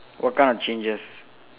what kind of changes